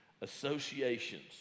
associations